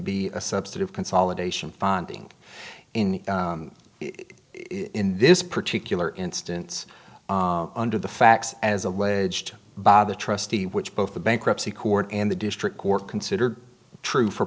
be a subset of consolidation finding in this particular instance under the facts as alleged by the trustee which both the bankruptcy court and the district court consider true for